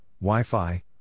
wi-fi